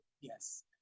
yes